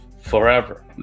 forever